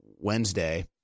Wednesday